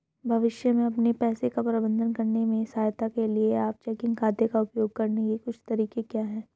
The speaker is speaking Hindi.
भविष्य में अपने पैसे का प्रबंधन करने में सहायता के लिए आप चेकिंग खाते का उपयोग करने के कुछ तरीके क्या हैं?